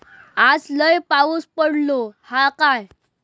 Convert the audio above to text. आज लय पाऊस पडतलो हा काय?